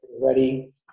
Ready